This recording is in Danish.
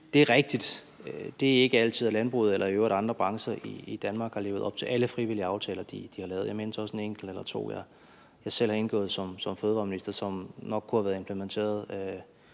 Jeg må sige, at det er rigtigt, at landbruget eller i øvrigt andre brancher i Danmark ikke altid har levet op til alle frivillige aftaler, de har lavet. Jeg mindes også en enkelt eller to, jeg selv har indgået som fødevareminister, som nok kunne være implementeret